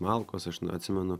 malkos aš nu atsimenu